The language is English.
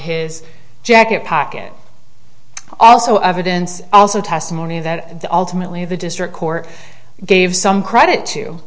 his jacket pocket also evidence also testimony that the ultimately the district court gave some credit to